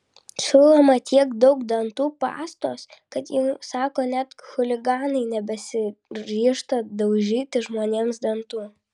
siūloma tiek daug dantų pastos kad jau sako net chuliganai nebesiryžta daužyti žmonėms dantų